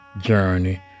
journey